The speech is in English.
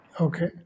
Okay